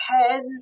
heads